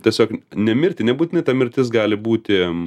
tiesiog nemirti nebūtinai ta mirtis gali būti